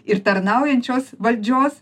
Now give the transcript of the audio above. ir tarnaujančios valdžios